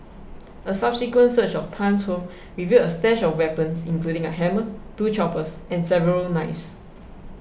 a subsequent search of Tan's home revealed a stash of weapons including a hammer two choppers and several knives